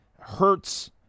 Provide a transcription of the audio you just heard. hurts